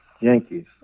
Yankees